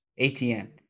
ATN